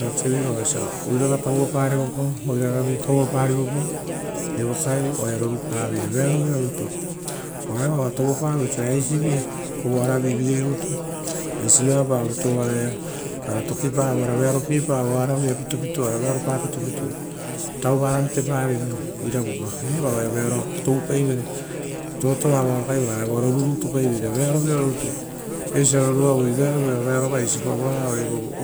Eakevi vao osia oirara tauvaparivopao oirara tauva parivopao evokaeri oaia rorupaveira. Vearoura rutu ura eva oa tovo pavoi oisira eisivi avapape touaraia ora tokiparo ora vearopiepaoro oara vaia pitupitua ra vearopara. Tauva vate parevere riokora pa eva oaia. Vearovira toupaivere totoa vao ragai, roru rutu pai veira, vearovira rutu eisio osia roruavoi vearo vaisi purao vo